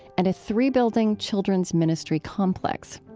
and a three-building children's ministry complex.